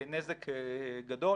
נזק גדול.